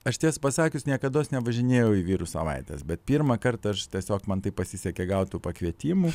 aš tiesą pasakius niekados nevažinėjau į vyrų savaites bet pirmą kartą arš tiesiog man taip pasisekė gaut tų pakvietimų